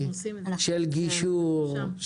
של גישור,